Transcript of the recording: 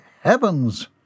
heavens